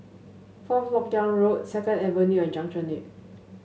Fourth LoK Yang Road Second Avenue and Junction Eight